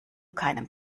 keinem